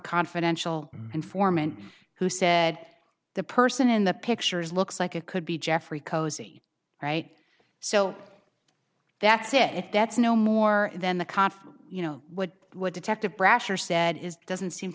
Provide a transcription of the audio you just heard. confidential informant who said the person in the pictures looks like it could be jeffrey cosey right so that's if that's no more than the confidence you know what what detective brasher said is doesn't seem